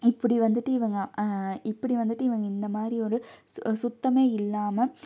இப்படி வந்துட்டு இவங்க இப்படி வந்துட்டு இவங்க இந்த மாதிரி ஒரு சு சுத்தமே இல்லாமல்